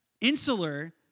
insular